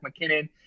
McKinnon